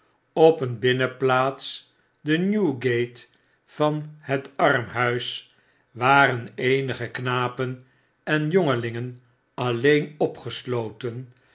op een binnenplaats de newgate van het armhuis waren eenige knapen en jongelingen alleen opgesloten